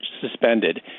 suspended